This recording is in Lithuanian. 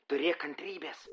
turėk kantrybės